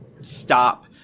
stop